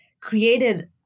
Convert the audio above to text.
created